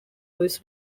was